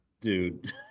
dude